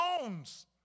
bones